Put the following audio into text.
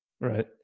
Right